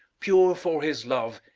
pure for his love,